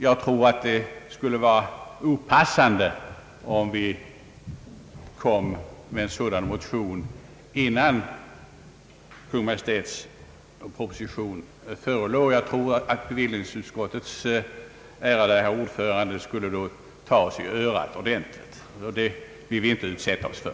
Jag tror dock inte det skulle vara passande med en sådan motion innan Kungl. Maj:ts proposition föreligger. Bevillningsutskottets ärade ordförande skulle nog ta oss ordentligt i örat då, och det vill vi inte utsätta oss för.